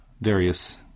various